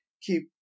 keep